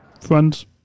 friends